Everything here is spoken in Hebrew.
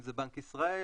אם זה בנק ישראל,